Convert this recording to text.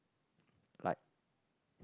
like